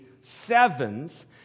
sevens